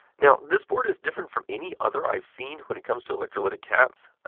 now this board is different from any other i've seen when it comes to electrolytic caps.